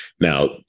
Now